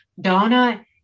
donna